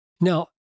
Now